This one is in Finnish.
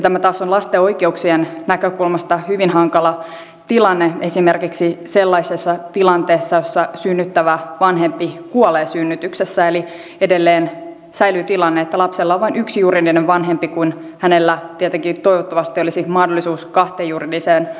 tämä taas on lasten oikeuksien näkökulmasta hyvin hankala tilanne esimerkiksi sellaisessa tilanteessa jossa synnyttävä vanhempi kuolee synnytyksessä eli edelleen säilyy tilanne että lapsella on vain yksi juridinen vanhempi kun hänellä tietenkin toivottavasti olisi mahdollisuus kahteen juridiseen vanhempaan